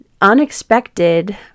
unexpected